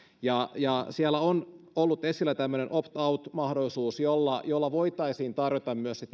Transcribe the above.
ja ja siellä on ollut esillä tämmöinen opt out mahdollisuus jolla jolla voitaisiin tarjota